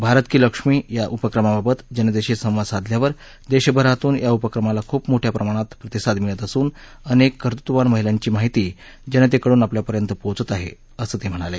भारत की लक्ष्मी या उपक्रमाबाबत जनतेशी संवाद साधल्यावर देशभरातून या उपक्रमाला खूप मोठ्या प्रमाणात प्रतिसाद मिळत असून अनेक कर्तृत्ववान महिलांची माहिती जनतेकडून आपल्यापर्यंत पोहोचत आहे असं ते म्हणाले